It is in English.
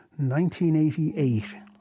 1988